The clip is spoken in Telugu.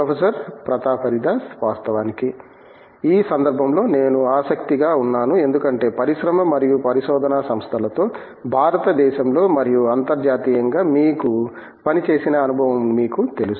ప్రొఫెసర్ ప్రతాప్ హరిదాస్ వాస్తవానికి ఈ సందర్భంలో నేను ఆసక్తిగా ఉన్నాను ఎందుకంటే పరిశ్రమ మరియు పరిశోధనా సంస్థలతో భారతదేశంలో మరియు అంతర్జాతీయంగా మీకు పని చేసిన అనుభవం మీకు తెలుసు